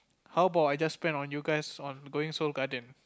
how about I just spend on you guys on going Seoul-Garden